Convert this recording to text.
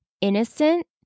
innocent